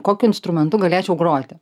kokiu instrumentu galėčiau groti